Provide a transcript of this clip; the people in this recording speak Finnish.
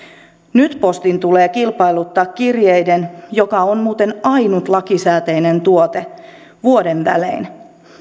nyt postin tulee kilpailuttaa kirjeiden jakelu joka on muuten ainut lakisääteinen tuote vuoden välein